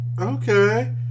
okay